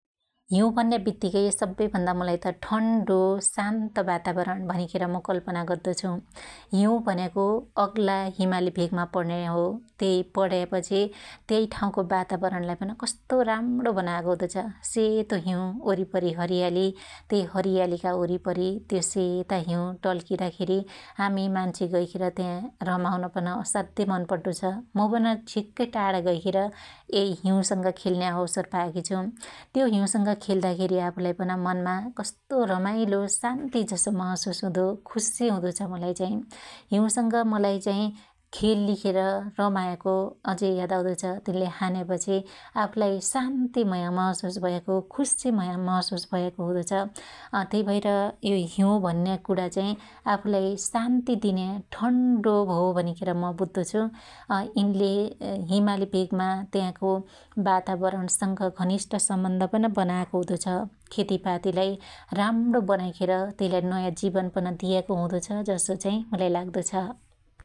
हिँउ भन्या बित्तीकै सब्बै भन्दा मुलाई त ठन्डो शान्त वातावरण भनिखेर मु कल्पना गद्दो छु । हिँउ भन्याको अग्ला हिमाली भेगमा पण्न्या हो । त्यै पण्यापछि त्यै ठाँउको वातावरणलाई पन कस्तो राम्णो बनायाको हुदो छ । सेतो हिँउ वरिपरी हरीयाली त्यै हरीयालीका वरीपरी त्यो सेता हिँउ टल्कीदाखेरी हामी मान्छे गैखेर त्या रमाउन पन असाद्यै मन पड्डो छ । मु पन झिक्कै टाढा गैखेर यै हिँउसंग खेल्न्या अवसर पायाकी छु । त्यो हिँउसंग खेल्दाखेरी आपुलाई मनमा कस्तो रमाईलो शान्ति जसो महशुस हुदो खुश्शी हुदो छ मुलाई चाई । हिँउसंग मुलाई चाइ खेल्लीखेर रमायाको अजै याद आउदो छ । त्न्ले हान्यापछी आफुलाई शान्तिमय महशुस भयाको खुश्शी महशुस भयाको हुदो छ । तै भएर यो हिँउ भन्या कुणा चाइ आफुलाई शान्ति दिन्या ठन्डो हो भनिखेर म बुद्दो छु । अयिनले हिमाल भेगमा त्याको वातावरणसंग घनिष्ट सम्बन्ध पन बनायाको हुदो छ । खेतीपातीलाई राम्णो बनाईखेर त्यइलाई नँया जीवन पन दियाको हुदो छ जसो चाइ मसलाई लाग्दो छ ।